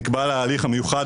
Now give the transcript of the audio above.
נקבע לה ההליך המיוחד,